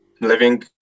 Living